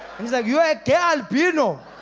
you are a gay albino?